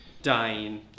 Dying